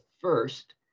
first